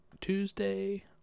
Tuesday